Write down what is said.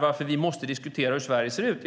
Varför måste vi diskutera hur Sverige ser ut?